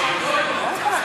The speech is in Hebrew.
לקואליציה.